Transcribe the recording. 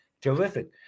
terrific